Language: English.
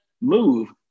move